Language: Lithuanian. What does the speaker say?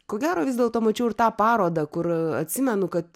ko gero vis dėlto mačiau ir tą parodą kur atsimenu kad